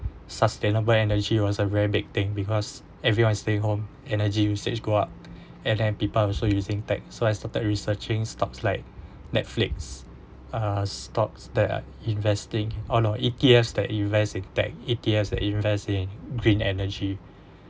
sustainable energy was a very big thing because if you want to stay home energy usage go up and then people also using tech so I started researching stocks like netflix uh stocks they're investing on our E_T_Fs that invest in tech E_T_Fs that invest in green energy